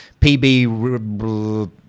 PB